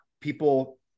people